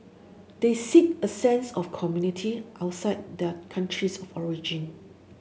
they seek a sense of community outside their countries of origin